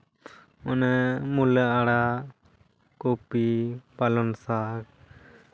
ᱚᱱᱮ ᱢᱩᱞᱟᱹ ᱟᱲᱟᱜ ᱠᱚᱯᱤ ᱯᱟᱞᱚᱱ ᱥᱟᱠ